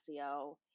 SEO